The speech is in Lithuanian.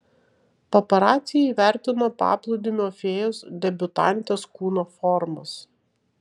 paparaciai įvertino paplūdimio fėjos debiutantės kūno formas